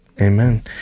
amen